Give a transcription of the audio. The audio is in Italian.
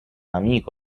amico